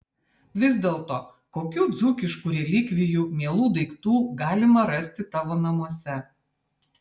vis dėlto kokių dzūkiškų relikvijų mielų daiktų galima rasti tavo namuose